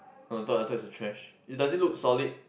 oh I thought I thought is a trash it does it look solid